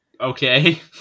Okay